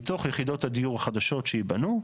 מתוך יחידות הדיור החדשות שייבנו,